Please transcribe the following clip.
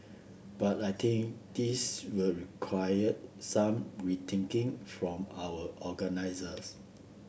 but I think this will require some rethinking from our organisers